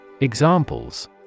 Examples